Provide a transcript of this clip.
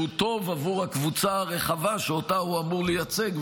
טוב עבור הקבוצה הרחבה שהוא אמור לייצג,